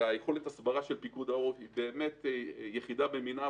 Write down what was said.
ויכולת ההסברה של פיקוד העורף היא יחידה במינה,